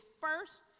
first